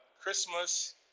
Christmas